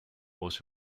was